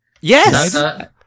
yes